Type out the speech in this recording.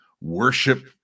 worship